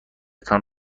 تان